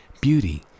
beauty